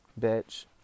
bitch